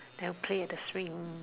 then play at the swing